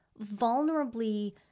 vulnerably